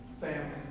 family